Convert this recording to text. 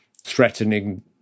threatening